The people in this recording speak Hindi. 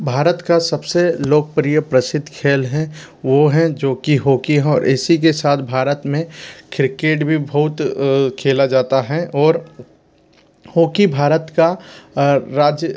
भारत का सब से लोकप्रिय प्रसिद्ध खेल है वो है जो कि होकी है और इसी के साथ भारत में ख्रिकेट भी बहुत खेला जाता है और हॉकी भारत का राज्य